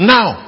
Now